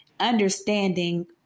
Understanding